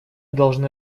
должны